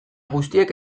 guztiek